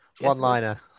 One-liner